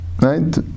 right